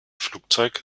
flugzeug